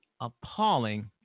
appalling